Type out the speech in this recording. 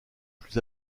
plus